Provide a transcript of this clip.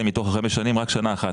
מתוך חמש השנים, רק שנה אחת.